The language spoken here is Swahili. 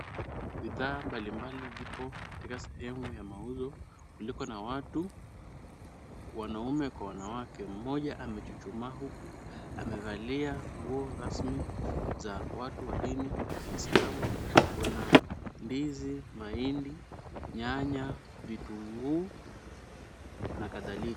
Bidhaa mbalimbali ziko katika sehemu ya mauzo kuliko na watu, wanaume kwa wanawake. Mmoja amechuchumaa huku amevalia nguo rasmi za watu wa dini ya kiislamu. Kuna ndizi, mahindi, nyanya, vitunguu na kadhalika.